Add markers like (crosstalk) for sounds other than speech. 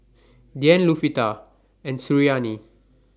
Dian (unintelligible) and Suriani